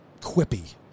quippy